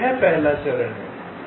यह पहला चरण हैं